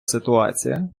ситуація